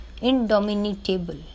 indomitable